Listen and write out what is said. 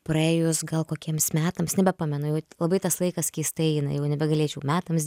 praėjus gal kokiems metams nebepamenu jau labai tas laikas keistai eina jau nebegalėčiau metams